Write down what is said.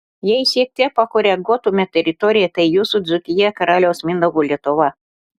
jei šiek tiek pakoreguotume teritoriją tai jūsų dzūkija karaliaus mindaugo lietuva